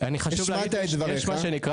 תן לי לסיים, יש דבר שנקרא